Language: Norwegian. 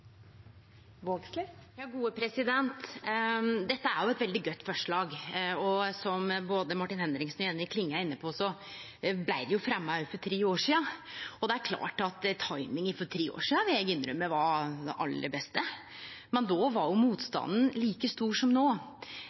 jo eit veldig godt forslag. Som både Martin Henriksen og Jenny Klinge var inne på, blei det fremja også for tre år sidan. Det er klart, må eg innrømme, at timinga for tre år sidan var den aller beste, men då var motstanden like stor som no.